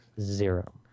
Zero